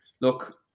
look